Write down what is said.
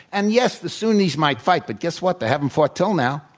and yes, the sunnis might fight. but guess what? they haven't fought until now.